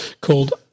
called